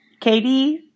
Katie